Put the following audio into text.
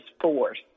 Force